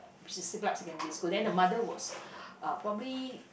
which is siglap secondary school then the mother was uh probably